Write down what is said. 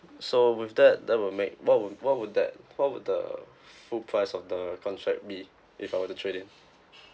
so with that that will make what would what would that what would the full price of the contract be if I were to trade in